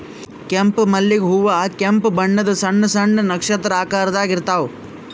ಕೆಂಪ್ ಮಲ್ಲಿಗ್ ಹೂವಾ ಕೆಂಪ್ ಬಣ್ಣದ್ ಸಣ್ಣ್ ಸಣ್ಣು ನಕ್ಷತ್ರ ಆಕಾರದಾಗ್ ಇರ್ತವ್